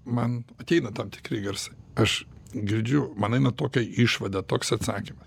man ateina tam tikri garsai aš girdžiu man aina tokia išvada toks atsakymas